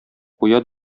куя